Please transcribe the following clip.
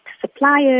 suppliers